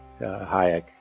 hayek